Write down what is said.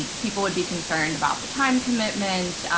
and people would be concerned about the time commitment,